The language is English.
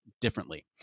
differently